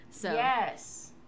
Yes